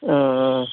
অঁ অঁ